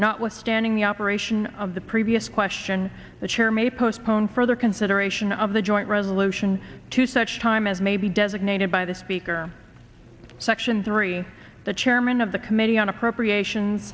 not withstanding the operation of the previous question the chair may postpone further consideration of the joint resolution to such time as may be designated by the speaker section three the chairman of the committee on appropriation